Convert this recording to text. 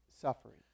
suffering